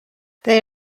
they